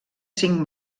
cinc